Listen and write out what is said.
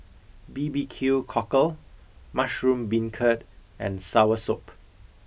B B Q cockle mushroom beancurd and soursop